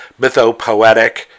mythopoetic